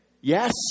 Yes